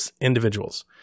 individuals